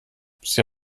sie